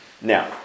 Now